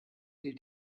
hielt